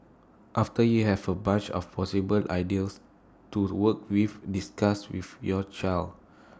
after you have A bunch of possible ideas to work with discuss with your child